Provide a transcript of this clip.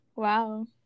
Wow